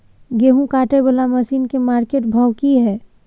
गेहूं काटय वाला मसीन के मार्केट भाव की हय?